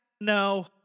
no